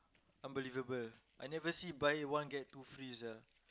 unbelievable I never see buy one get two free sia